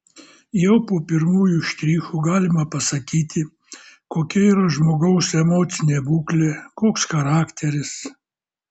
jau po pirmųjų štrichų galima pasakyti kokia yra žmogaus emocinė būklė koks charakteris